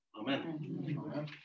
Amen